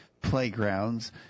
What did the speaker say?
playgrounds